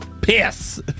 Piss